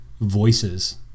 voices